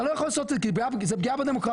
אתה לא יכול לעשות את זה כי זה פגיעה בדמוקרטיה.